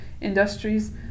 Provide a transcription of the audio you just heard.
Industries